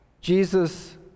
Jesus